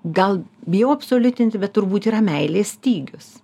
gal bijau absoliutinti bet turbūt yra meilės stygius